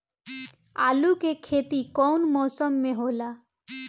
आलू के खेती कउन मौसम में होला?